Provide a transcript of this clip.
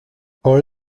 all